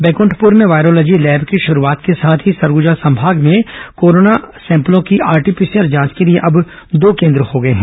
बैकृंठपुर में virology lab की शुरूआत के साथ ही सरगुजा संभाग में कोरोना सैंपलों की आरटीपीसीआर जांच के लिए अब दो केन्द्र हो गए हैं